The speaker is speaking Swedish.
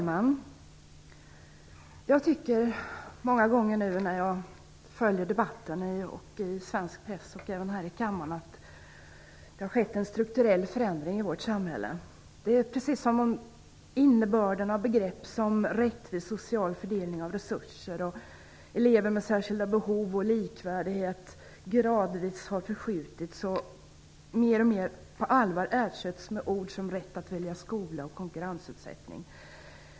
Herr talman! När jag följer debatten i svensk press och även här i kammaren tycker jag många gånger att det har skett en strukturell förändring i vårt samhälle. Det är som om innebörden av begrepp som rättvis social fördelning av resurser, elever med särskilda behov och likvärdighet gradvis har förskjutits och mer och mer på allvar ersätts med begrepp som rätt att välja skola och konkurrensutsättning.